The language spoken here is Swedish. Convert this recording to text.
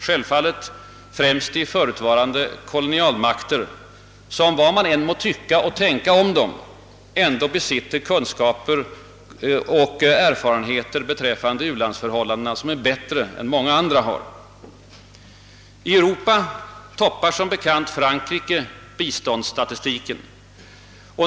självfallet främst de förutvarande kolonialmakter som, vad vi än må tycka och tänka om dem, ändå besitter större kunskaper och erfarenheter beträffande wu-landsförhållanden än andra stater. I Europa toppar som bekant Frankrike biståndsstatistiken.